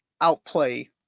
outplay